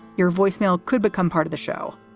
your voicemail could become part of the show.